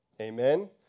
Amen